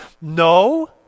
No